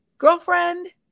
girlfriend